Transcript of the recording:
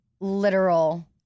literal